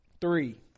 Three